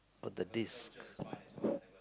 put the disc